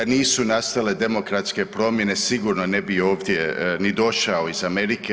Da nisu nastale demokratske promjene sigurno ne bi ovdje ni došao iz Amerike.